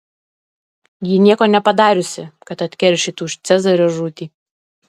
ji nieko nepadariusi kad atkeršytų už cezario žūtį